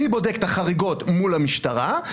אני בודק את החריגות מול המשטרה,